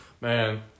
Man